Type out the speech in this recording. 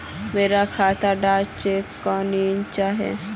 मोर खाता डा चेक क्यानी होचए?